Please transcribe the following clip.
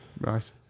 Right